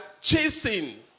chasing